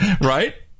Right